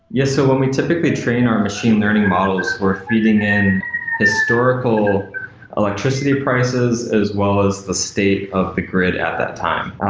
yes. so when we typically train our machine learning models, we're feeding in historical electricity prices as well as the state of the grid at that time.